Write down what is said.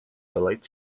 related